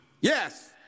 Yes